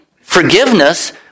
forgiveness